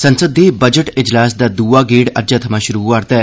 संसद दे बजट इजलास दा दूआ गेड़ अज्जै थमां शुरू होआ'रदा ऐ